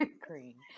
green